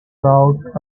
brought